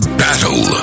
battle